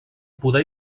poder